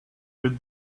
with